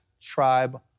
tribe